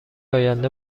آینده